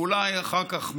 ואולי אחר כך,